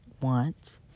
want